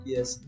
Yes